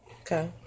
Okay